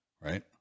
Right